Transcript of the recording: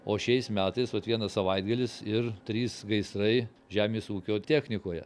o šiais metais vat vienas savaitgalis ir trys gaisrai žemės ūkio technikoje